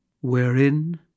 wherein